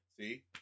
see